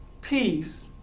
peace